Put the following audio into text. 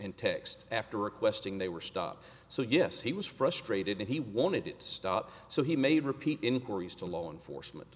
and text after requesting they were stop so yes he was frustrated and he wanted to stop so he made repeat inquiries to law enforcement